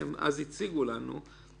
הם הציגו לנו את זה,